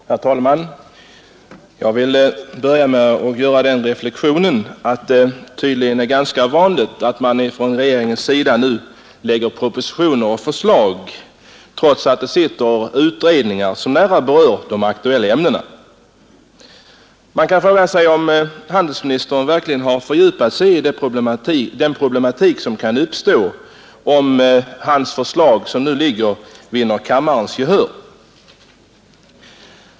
Herr talman! Jag vill börja med att göra den reflexionen att det tydligen är ganska vanligt att regeringen nu lägger fram propositioner och förslag trots att det sitter utredningar som nära berör de aktuella ämnena. Man måste fråga sig om handelsministern verkligen fördjupat sig i den problematik som kan uppstå om hans förslag vinner riksdagens gehör.